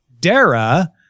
Dara